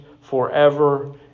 forever